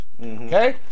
Okay